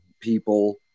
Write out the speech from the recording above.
people